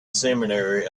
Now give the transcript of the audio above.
seminary